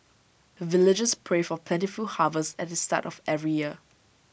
the villagers pray for plentiful harvest at the start of every year